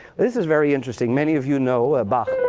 this is very interesting. many of you know of bach